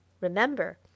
remember